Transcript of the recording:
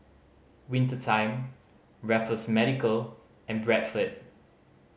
Winter Time Raffles Medical and Bradford